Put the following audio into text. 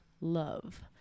love